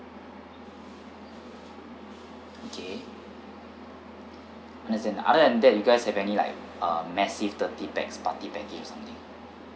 okay understand other than that you guys have any like uh massive thirty pax party package or something